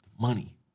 money